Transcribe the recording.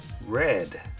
Red